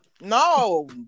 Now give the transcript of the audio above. no